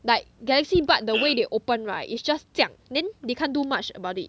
like galaxy bud the way they open right is just 这样 then they can't do much about it